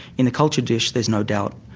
in a culture dish there's no doubt,